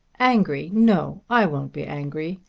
angry! no i won't be angry.